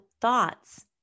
thoughts